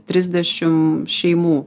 trisdešim šeimų